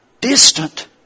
distant